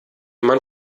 man